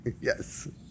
Yes